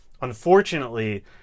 unfortunately